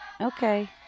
Okay